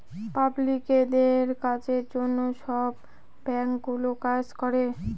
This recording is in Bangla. পাবলিকদের কাজের জন্য সব ব্যাঙ্কগুলো কাজ করে